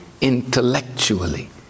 intellectually